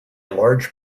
large